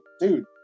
dude